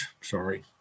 sorry